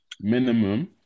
minimum